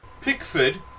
Pickford